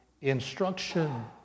instruction